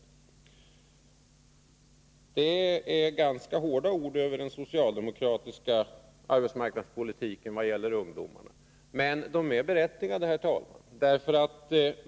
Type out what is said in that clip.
Det är ganska hårda ord om den socialdemokratiska arbetsmarknadspolitiken vad det gäller ungdomarna. Men orden är berättigade, herr talman.